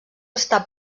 està